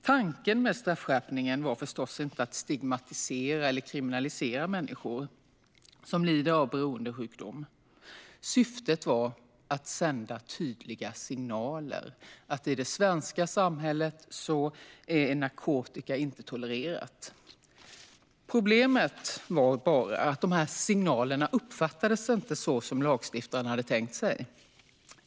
Tanken med straffskärpningen var förstås inte att stigmatisera eller kriminalisera människor som lider av beroendesjukdom. Syftet var att sända tydliga signaler om att narkotika inte tolereras i det svenska samhället. Problemet var bara att de här signalerna inte uppfattades så som lagstiftaren hade tänkt sig.